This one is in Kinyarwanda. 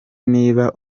niba